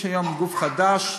יש היום גוף חדש,